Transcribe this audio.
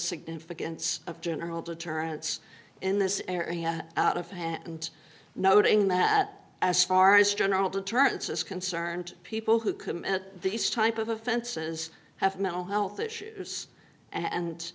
significance of general deterrents in this area out of hand noting that as far as general deterrence is concerned people who commit these type of offenses have mental health issues and